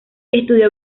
estudió